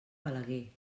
balaguer